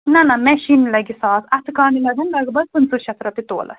نہَ نہَ مِشیٖن لَگہِ ساس اَتھٕ کامہِ لَگن لگ بگ پٕنٛژٕہ شَتھ رۄپیہِ تولَس